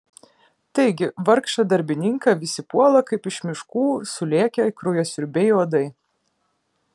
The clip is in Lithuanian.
taigi vargšą darbininką visi puola kaip iš miškų sulėkę kraujasiurbiai uodai